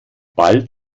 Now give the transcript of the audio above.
bald